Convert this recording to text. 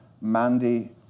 Mandy